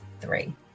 three